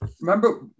remember